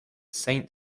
saint